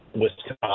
Wisconsin